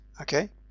okay